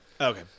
Okay